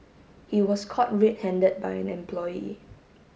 he was caught red handed by an employee